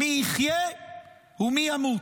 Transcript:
"מי יחיה ומי ימות"?